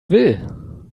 will